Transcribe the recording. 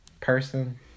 person